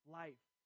life